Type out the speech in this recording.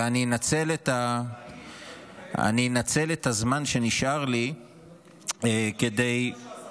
אני אנצל את הזמן שנשאר לי כדי, שאלה טובה.